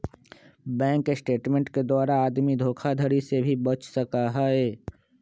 bank statement के द्वारा आदमी धोखाधडी से भी बच सका हई